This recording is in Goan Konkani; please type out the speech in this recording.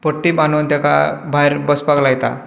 पट्टी बांदून तेका भायर बसपाक लायतात